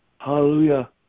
Hallelujah